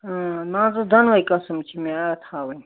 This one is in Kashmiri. اۭں مان ژٕ دۄنٕوَے قٕسم چھِ مےٚ اَتھ تھاوٕنۍ